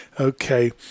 okay